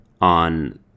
on